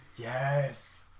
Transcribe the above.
Yes